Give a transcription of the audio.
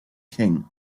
king